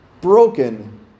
broken